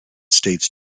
states